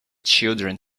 children